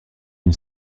une